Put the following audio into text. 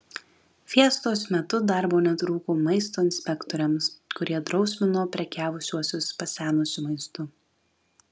fiestos metu darbo netrūko maisto inspektoriams kurie drausmino prekiavusiuosius pasenusiu maistu